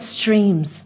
streams